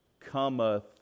cometh